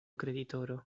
kreditoro